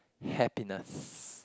happiness